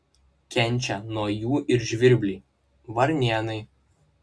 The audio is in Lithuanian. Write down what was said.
kenčia nuo jų ir žvirbliai varnėnai